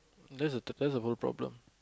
that's the t~ that's the whole problem